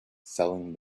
selling